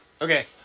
Okay